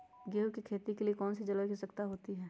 गेंहू की खेती के लिए कौन सी जलवायु की आवश्यकता होती है?